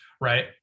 Right